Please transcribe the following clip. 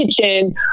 kitchen